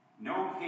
No